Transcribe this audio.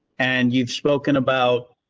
and you've spoken about.